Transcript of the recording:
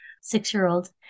six-year-old